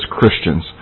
Christians